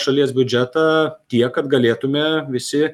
šalies biudžetą tiek kad galėtume visi